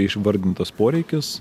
išvardintas poreikis